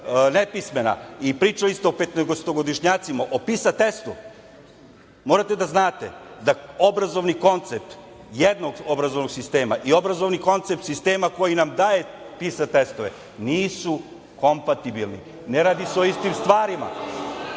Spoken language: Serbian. nepismena i pričali ste o petnaestogodišnjacima, o PISA testu, morate da znate da obrazovni koncept jednog obrazovnog sistema i obrazovni koncept koji nam daje PISA testove nisu kompatibilni. Ne radi se o istim stvarima. Samo